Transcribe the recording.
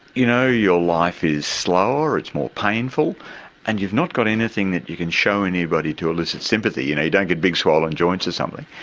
you know your life is slower, it's more painful and you've not got anything that you can show anybody to elicit sympathy, you know, you don't get big swollen joints or something.